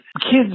kids